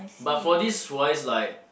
but for this wise like